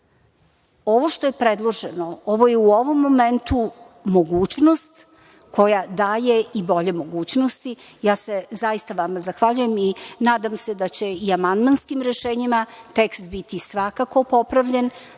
što je predloženo, ovo je u ovom momentu mogućnost koja daje i bolje mogućnosti. Zaista vam se zahvaljujem i nadam se da će i amandmanskim rešenjima tekst biti svakako popravljen,